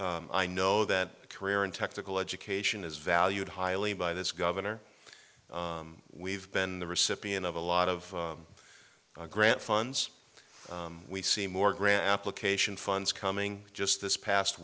i know that a career in technical education is valued highly by this governor we've been the recipient of a lot of grant funds we see more grant application funds coming just this past